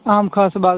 ਆਮ ਖਾਸ ਬਾਗ